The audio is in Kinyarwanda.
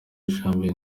janvier